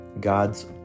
God's